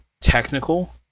technical